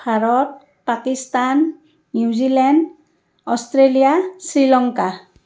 Bharat Pakistan New Zealand Australia Sri Lanka